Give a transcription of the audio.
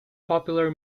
popular